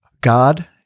God—